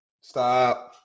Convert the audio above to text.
Stop